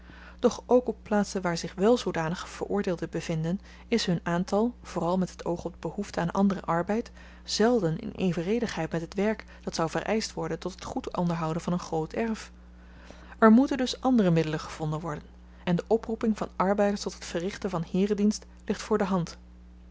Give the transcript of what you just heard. doch ook op plaatsen waar zich wel zoodanige veroordeelden bevinden is hun aantal vooral met het oog op de behoefte aan anderen arbeid zelden in evenredigheid met het werk dat zou vereischt worden tot het goed onderhouden van een groot erf er moeten dus andere middelen gevonden worden en de oproeping van arbeiders tot het verrichten van heeredienst ligt voor de hand de